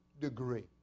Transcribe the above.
degree